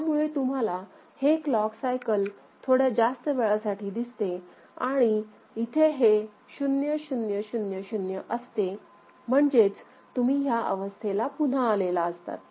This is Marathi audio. त्यामुळे तुम्हाला हे क्लॉक सायकल थोड्या जास्त वेळासाठी दिसते आणि इथे हे 0000 असते म्हणजेच तुम्ही ह्या अवस्थेला पुन्हा आलेला असतात